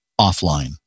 offline